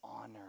honor